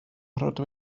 rydw